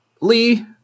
lee